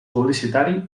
publicitari